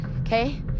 okay